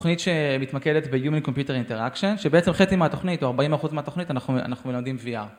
תוכנית שמתמקדת ב-Human Computer Interaction, שבעצם חצי מהתוכנית, או 40% מהתוכנית, אנחנו מלמדים VR.